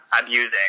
abusing